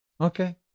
Okay